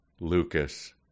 Lucas